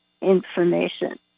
information